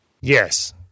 yes